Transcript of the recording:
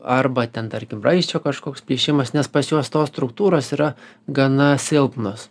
arba ten tarkim raiščio kažkoks plyšimas nes pas juos tos struktūros yra gana silpnos